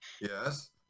Yes